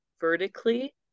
vertically